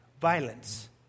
Violence